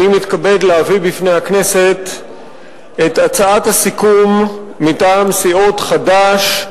אני מתכבד להביא בפני הכנסת את ההצעה מטעם סיעות חד"ש,